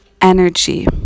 energy